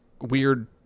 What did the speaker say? weird